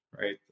Right